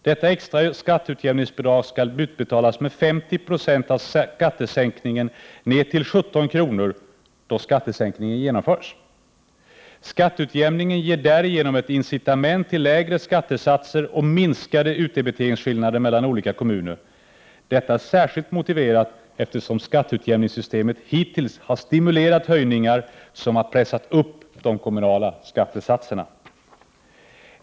Detta extra skatteutjämningsbidrag skall utbetalas med 50 96 av skattesänkningen ner till 17 kr. då skattesänkningen genomförs. Skatteutjämningen ger därigenom ett incitament till lägre skattesatser och minskade utdebiteringsskillnader mellan olika kommuner. Detta är särskilt motiverat eftersom skatteutjämningssystemet hittills har stimulerat höjningar, som har pressat upp de kommunala skattesatserna.